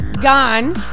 gone